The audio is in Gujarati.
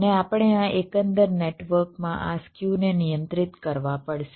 અને આપણે આ એકંદર નેટવર્ક માં આ સ્ક્યુને નિયંત્રિત કરવા પડશે